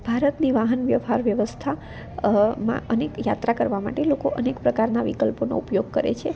ભારતની વાહન વ્યવહાર વ્યવસ્થા માં અનેક યાત્રા કરવા માટે લોકો અનેક પ્રકારના વિકલ્પોનો ઉપયોગ કરે છે